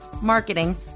marketing